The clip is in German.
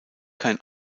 kein